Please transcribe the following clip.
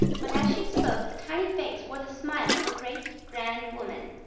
but as she spoke, the tiny face wore the smile of a great, grand woman.